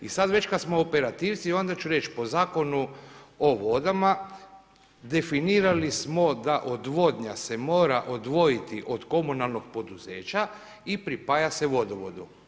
I sada već kada smo operativci onda ću reć, po Zakonu o vodama definirali smo da odvodnja se mora odvojiti od komunalnog poduzeća i pripaja se vodovodu.